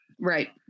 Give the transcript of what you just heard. Right